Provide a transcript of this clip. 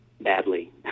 badly